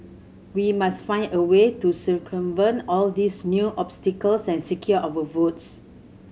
we must find a way to circumvent all these new obstacles and secure our votes